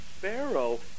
Pharaoh